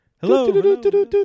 Hello